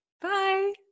Bye